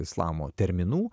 islamo terminų